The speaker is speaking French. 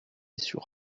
sur